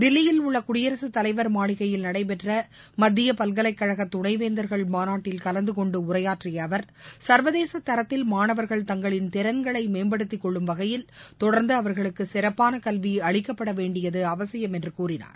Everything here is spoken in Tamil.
தில்லியில் உள்ள குடியரசுத் தலைவர் மாளிகையில் நடைபெற்ற மத்திய பல்கலைக் கழக துணைவேந்தர்கள் மாநாட்டில் கலந்து கொண்டு உரையாற்றிய அவர் சர்வதேச தரத்தில் மாணவர்கள் தங்களின் திறன்களை மேம்படுத்திக் கொள்ளும் வகையில் தொடர்ந்து அவர்களுக்கு சிறப்பான கல்வி அளிக்கப்பட வேண்டியது அவசியம் என்று கூறினார்